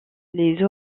les